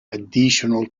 additional